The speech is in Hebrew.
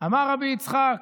אמר רבי יצחק,